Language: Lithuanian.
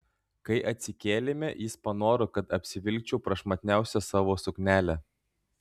kai atsikėlėme jis panoro kad apsivilkčiau prašmatniausią savo suknelę